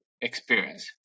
experience